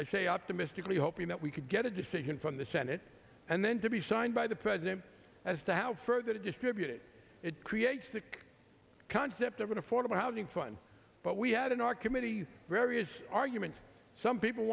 i say optimistically hoping that we could get a decision from the senate and then to be signed by the president as to how further distributed it creates the concept of an affordable housing fun but we had in our committee various arguments some people